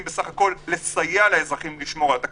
בסך הכול לסייע לאזרחים לשמור על התקנות.